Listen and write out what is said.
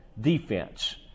defense